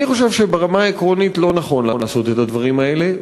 אני חושב שברמה העקרונית לא נכון לעשות את הדברים האלה,